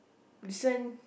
this one